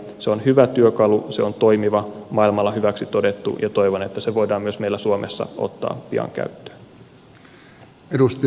se on hyvä työkalu se on toimiva maailmalla hyväksi todettu ja toivon että se voidaan myös meillä suomessa ottaa pian käyttöön